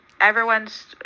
everyone's